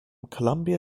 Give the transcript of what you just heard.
colombia